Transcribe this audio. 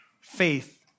faith